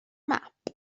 map